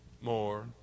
more